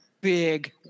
Big